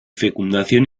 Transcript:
fecundación